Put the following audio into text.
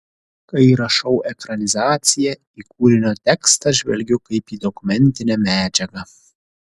kai rašau ekranizaciją į kūrinio tekstą žvelgiu kaip į dokumentinę medžiagą